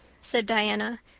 said diana.